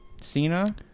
Cena